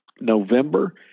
November